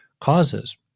causes